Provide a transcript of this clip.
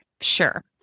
Sure